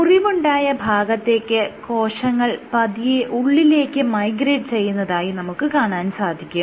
മുറിവുണ്ടായ ഭാഗത്തേക്ക് കോശങ്ങൾ പതിയെ ഉള്ളിലേക്ക് മൈഗ്രേറ്റ് ചെയ്യുന്നതായി നമുക്ക് കാണാൻ സാധിക്കും